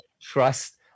trust